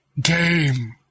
game